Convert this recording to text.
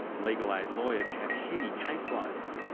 legal aid lawyers have heavy caseloads.